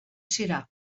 sirà